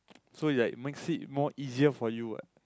so it's like makes it more easier for you what